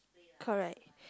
correct